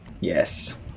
Yes